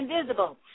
invisible